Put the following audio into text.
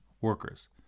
workers